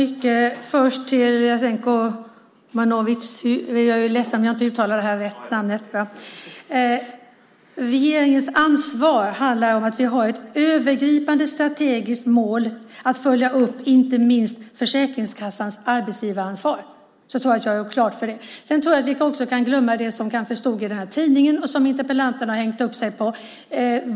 Herr talman! När det gäller regeringens ansvar, Jasenko Omanovic, handlar det om att vi har som övergripande strategiskt mål att följa upp inte minst Försäkringskassans arbetsgivaransvar. Då tror jag att jag har gjort det klart. Sedan tror jag att vi också kan glömma det som kanske stod i den här tidningen och som interpellanten har hängt upp sig på.